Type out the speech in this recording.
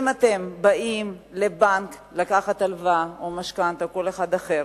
אם אתם באים לבנק לקחת הלוואה או משכנתה או כל דבר אחר,